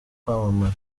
kwamamara